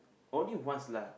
only once lah